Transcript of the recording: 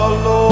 Lord